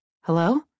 Hello